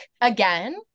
again